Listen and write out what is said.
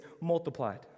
multiplied